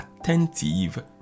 attentive